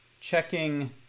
checking